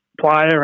player